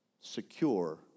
secure